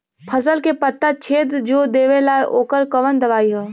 फसल के पत्ता छेद जो देवेला ओकर कवन दवाई ह?